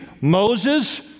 Moses